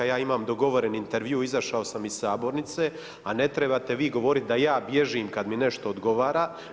Ja imam dogovoreni intervju, izašao sam iz sabornice, a ne trebate vi govoriti da ja bježim kad mi nešto odgovara.